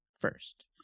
first